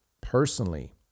personally